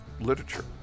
literature